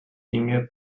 dinge